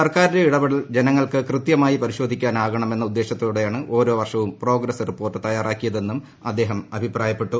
സർക്കാരിന്റെ ഇടപെടൽ ്ജനങ്ങൾക്ക് കൃതൃമായി പരിശോധിക്കാൻ ആകണം എന്ന ഉദ്ദേശത്തോടെയാണ് ഓരോ വർഷവും പ്രോഗ്രസ്സ് റിപ്പോർട്ട് തയ്യാറാക്കിയതെന്നും അദ്ദേഹം അഭ്യിപ്രായപ്പെട്ടു